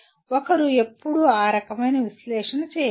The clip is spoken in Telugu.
ఒకరు ఎప్పుడూ ఆ రకమైన విశ్లేషణ చేయవచ్చు